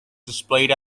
displayed